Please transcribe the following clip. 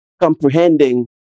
comprehending